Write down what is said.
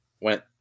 went